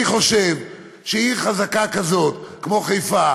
אני חושב שעיר חזקה כמו חיפה